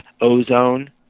Ozone